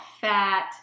fat